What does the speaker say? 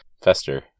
fester